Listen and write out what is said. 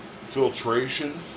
filtration